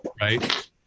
right